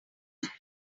marry